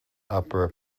upper